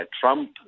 Trump